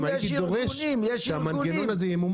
הייתי דורש שהמנגנון הזה ימומש.